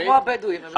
כמו הבדואים.